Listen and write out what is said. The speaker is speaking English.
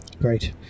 Great